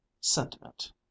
sentiment